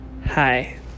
Hi